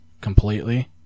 completely